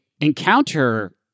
encounter